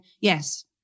yes